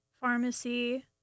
pharmacy